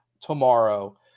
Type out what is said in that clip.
tomorrow